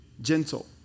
gentle